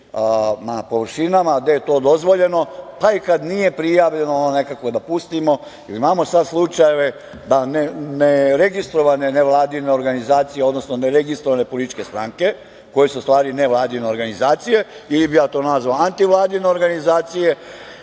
na površinama gde je to dozvoljeno. Pa, i kada nije prijavljeno, ono nekako da pustimo. Jer, imamo sada slučajeve da neregistrovane nevladine organizacije, odnosno neregistrovane političke stranke koje su u stvari nevladine organizacije, ili bih ja to nazvao antivladine organizacije,